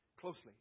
closely